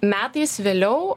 metais vėliau